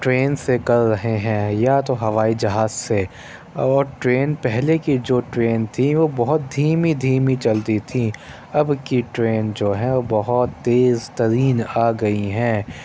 train سے کر رہے ہیں یا تو ہوائی جہاز سے اور ٹرین پہلے کی جو ٹرین تھیں وہ بہت دھیمی دھیمی چلتی تھیں اب کی ٹرین جو ہے بہت تیز ترین آ گئیں ہیں